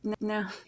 No